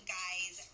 guys